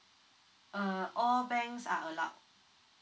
uh all banks are allowed